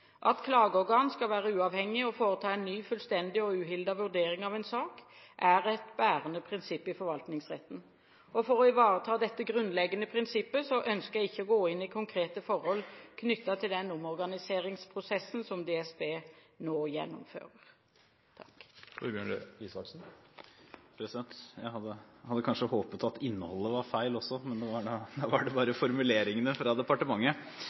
foreta en ny, fullstendig og uhildet vurdering av en sak, er et bærende prinsipp i forvaltningsretten. For å ivareta dette grunnleggende prinsippet ønsker jeg ikke å gå inn i konkrete forhold knyttet til den omorganiseringsprosessen som DSB nå gjennomfører. Jeg hadde kanskje håpet at innholdet var feil også, men da var det bare formuleringene fra departementet!